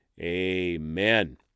amen